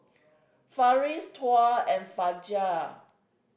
Farish Tuah and Fajar